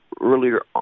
earlier